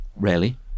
rarely